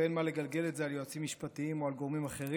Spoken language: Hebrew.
ואין מה לגלגל את זה על יועצים משפטיים או על גורמים אחרים,